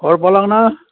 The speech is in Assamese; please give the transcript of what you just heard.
ঘৰ পালাগৈ না